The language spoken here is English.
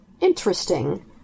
interesting